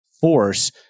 force